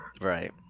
Right